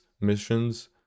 missions